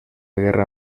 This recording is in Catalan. guerra